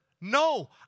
No